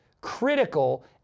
critical